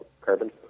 carbon